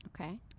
Okay